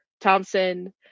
Thompson